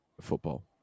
football